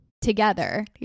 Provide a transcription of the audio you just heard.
together